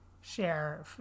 share